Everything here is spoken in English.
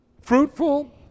fruitful